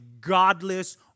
godless